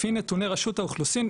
לפי נתוני רשות האוכלוסין,